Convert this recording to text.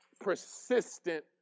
persistent